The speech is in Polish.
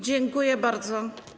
Dziękuję bardzo.